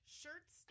shirts